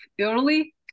early